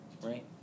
right